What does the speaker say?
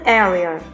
area